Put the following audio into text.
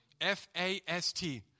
F-A-S-T